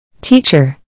Teacher